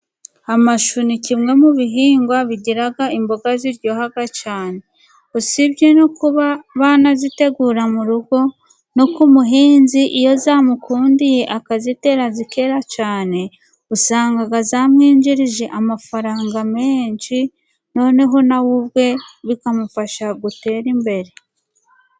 Amashu ni kimwe mu bihingwa bigira imboga ziryoha cyane. Usibye no kuba banazitegura mu rugo no ku muhinzi iyo zamukundiye, akazitera, zIkera cyane, usanga zamwinjirije amafaranga menshi, noneho nawe ubwe bikamufasha gutera imbere.